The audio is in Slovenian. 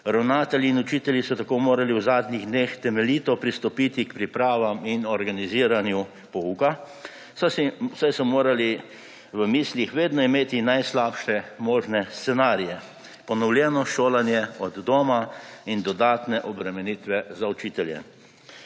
Ravnatelji in učitelji so tako morali v zadnjih dneh temeljito pristopiti k pripravam in organiziranju pouka, saj so morali v mislih vedno imeti najslabše možne scenarije – ponovljeno šolanje od doma in dodatne obremenitve za učitelje.